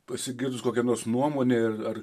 pasigirdus kokia nors nuomonei ir